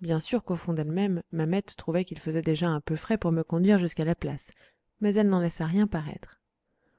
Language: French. bien sûr qu'au fond d'elle-même mamette trouvait qu'il faisait déjà un peu frais pour me conduire jusqu'à la place mais elle n'en laissa rien paraître